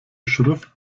schrift